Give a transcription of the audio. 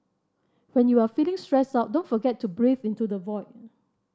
when you are feeling stressed out don't forget to breathe into the void